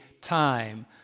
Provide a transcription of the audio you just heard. time